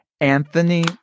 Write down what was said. Anthony